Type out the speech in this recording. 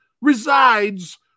resides